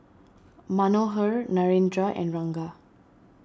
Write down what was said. Manohar Narendra and Ranga